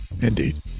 Indeed